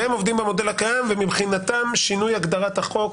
והם עובדים במודל הקיים ומבחינתם שינוי הגדרת החוק